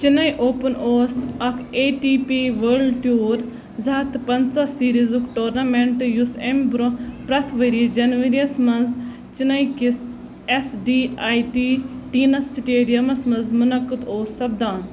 Chennai open اوس اَکھ A T P world tour زٕ ہَتھ تہٕ پنٛژاہ سیٖریٖزُک ٹورنامٮ۪نٛٹ یُس اَمہِ برٛونٛہہ پرٛٮ۪تھ ؤرۍیہِ جنوری یَس مَنٛز چنئی کِس S D A T tennis سِٹیڈیمَس مَنٛز منعقد اوس سَپدان